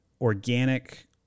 organic